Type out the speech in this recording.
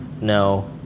no